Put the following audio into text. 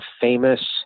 famous